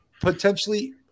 potentially